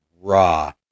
raw